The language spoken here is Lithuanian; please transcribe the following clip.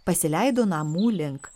pasileido namų link